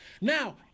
Now